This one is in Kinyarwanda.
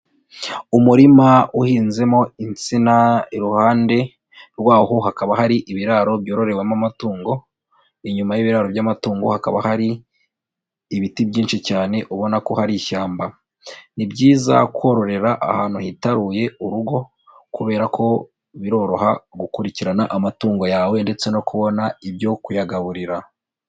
Umurima uhinzemo insina iruhande rwaho hakaba hari ibiraro byororewemo amatungo, inyuma y'ibiraro by'amatungo hakaba hari ibiti byinshi cyane ubona ko hari ishyamba, ni byiza kororera ahantu hitaruye urugo kubera ko biroroha gukurikirana amatungo yawe ndetse no kubona ibyo kuyagaburira.